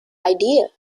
idea